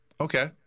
Okay